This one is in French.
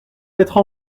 m’être